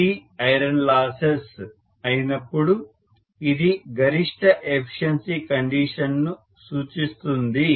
అంటే PCUPironloss అయినప్పుడు అది గరిష్ట ఎఫిషియన్సి కండీషన్ ను సూచిస్తుంది